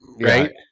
Right